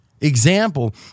example